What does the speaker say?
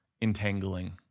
entangling